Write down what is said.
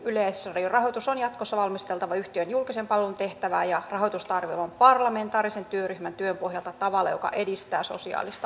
yleisradion rahoitus on jatkossa valmisteltava yhtiön julkisen palvelun tehtävää ja rahoitusta arvioivan parlamentaarisen työryhmän työn pohjalta tavalla joka edistää sosiaalista oikeudenmukaisuutta